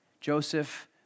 Joseph